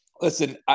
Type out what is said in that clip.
Listen